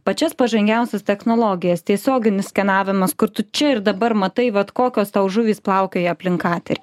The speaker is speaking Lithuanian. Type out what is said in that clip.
pačias pažangiausias technologijas tiesioginis skenavimas kur tu čia ir dabar matai vat kokios tau žuvys plaukioja aplink katerį